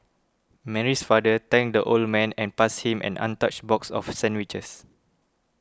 Mary's father thanked the old man and passed him an untouched box of sandwiches